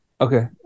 Okay